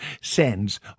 sends